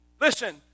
Listen